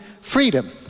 freedom